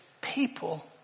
people